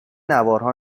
نوارها